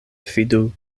fidu